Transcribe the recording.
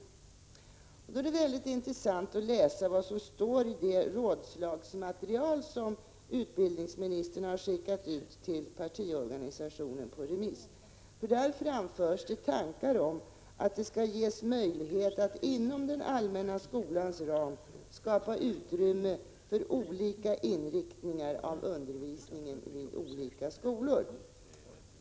I detta sammanhang är det intressant att notera vad som står i det rådslagsmaterial utbildningsministern har skickat ut till partiorganisationen på remiss. Där framförs nämligen tankar om att det skall ges möjlighet att inom den allmänna skolans ram skapa utrymme för olika inriktningar av undervisningen vid olika skolor.